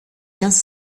quinze